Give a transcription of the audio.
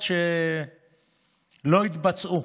שלא התבצעו.